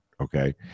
okay